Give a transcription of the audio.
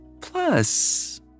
Plus